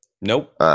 nope